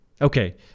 Okay